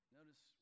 notice